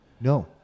No